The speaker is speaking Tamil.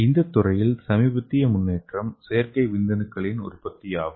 இந்த துறையில் சமீபத்திய முன்னேற்றம் செயற்கை விந்தணுக்களின் உற்பத்தியாகும்